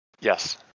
Yes